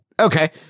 Okay